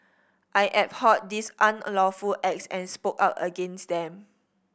I abhorred these unlawful acts and spoke out against them